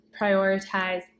prioritize